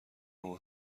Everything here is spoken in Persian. اون